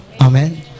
Amen